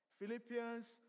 philippians